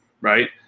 right